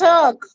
Talk